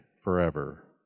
forever